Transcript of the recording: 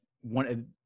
one